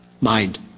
mind